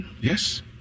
Yes